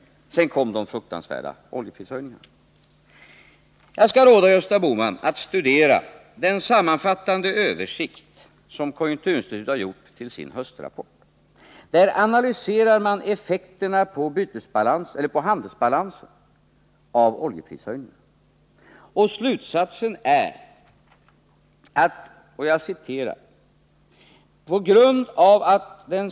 Sedan kom de fruktansvärda oljeprishöjningarna. Jag vill råda Gösta Bohman att studera den sammanfattande översikt som konjunkturinstitutet har gjort till sin höstrapport. Där analyserar man effekterna på handelsbalansen av oljeprishöjningarna.